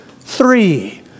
three